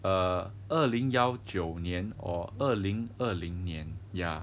err 二零幺九年 or 二零二零年 ya